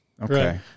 Okay